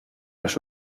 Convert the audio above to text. los